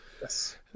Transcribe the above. Yes